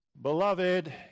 Beloved